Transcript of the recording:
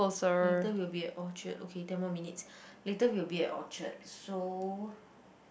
later we'll be at Orchard okay ten more minutes later will be at Orchard so